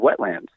wetlands